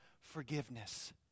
forgiveness